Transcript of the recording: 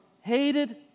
hated